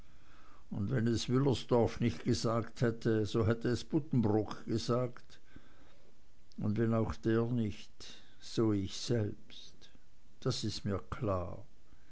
und wenn es wüllersdorf nicht gesagt hätte so hätte es buddenbrook gesagt und wenn auch der nicht so ich selbst dies ist mir klar